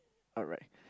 alright